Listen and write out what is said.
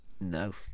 No